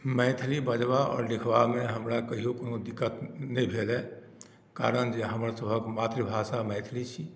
मैथिली बजबा आओर लिखबामे हमरा कहियो कोनो दिक्कत नहि भेल हे कारण जे हमरसभक मातृभाषा मैथिली छी